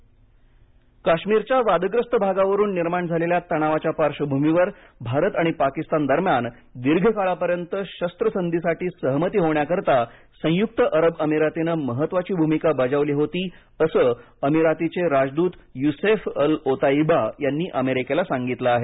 भारत पाक काश्मीरच्या वादग्रस्त भागावरून निर्माण झालेल्या तणावाच्या पार्श्वभूमीवर भारत आणि पाकिस्तान दरम्यान दीर्घकाळापर्यंत शस्त्रसंधीसाठी सहमती होण्याकरता संयुक्त अरब अमिरातीने महत्वाची भूमिका बजावली होती अस अमिरातीचे राजदूत युसेफ अल ओताइबा यांनी अमेरिकेला सांगितलं आहे